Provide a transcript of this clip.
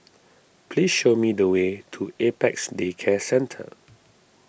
please show me the way to Apex Day Care Centre